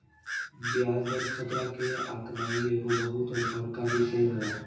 ब्याज दर खतरा के आकनाइ एगो बहुत बड़का विषय हइ